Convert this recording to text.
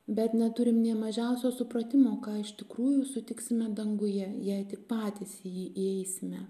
bet neturim nė mažiausio supratimo ką iš tikrųjų sutiksime danguje jei patys jį įeisime